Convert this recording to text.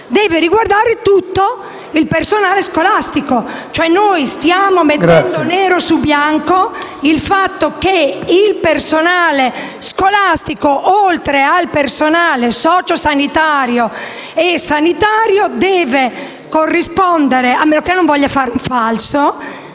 deve riguardare tutto il personale scolastico. Stiamo mettendo nero su bianco il fatto che il personale scolastico, oltre al personale socio sanitario e sanitario, a meno che non voglia fare un falso,